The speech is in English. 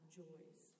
joys